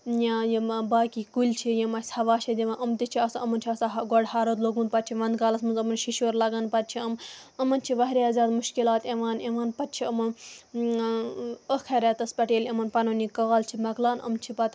یا یِم باقٕے کُلۍ چھِ یِم اَسہِ ہوا چھِ دِوان یِم تہِ چھِ آسان یِمَن چھ آسان گۄڈٕ ہَرُد لوٚگمُت پَتہٕ چھِ وَندٕ کالَس منٛز یِمَن شِشُر لگان پَتہٕ چھِ یِم یِمَن چھِ واریاہ زیادٕ مُشکِلات یِوان یِوان پَتہٕ چھِ یِمَن ٲخٕر رٮ۪تس پٮ۪ٹھ ییٚلہِ یِمَن پَنُن یہِ کال چھِ مۄکلان یِم چھِ پَتہٕ